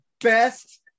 best